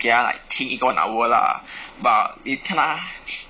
给他 like 听一个 one hour lah but 你看 ah